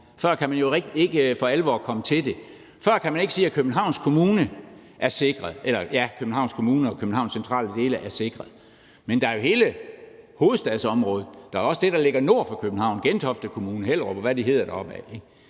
før kan man jo ikke for alvor komme til det. Før kan man ikke sige, at Københavns Kommune og Københavns centrale dele er sikret. Men der er jo hele hovedstadsområdet; der er også det, der ligger nord for København, Gentofte Kommune, Hellerup, og hvad de hedder deropad,